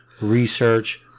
research